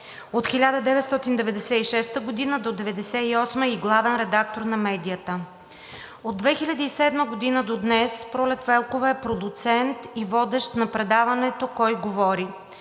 От 1996-а до 1998 г. и главен редактор на медията. От 2007 г. до днес Пролет Велкова е продуцент и водещ на предаването „Кой говори“